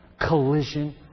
Collision